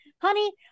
honey